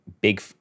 big